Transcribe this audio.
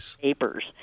papers